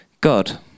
God